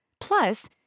Plus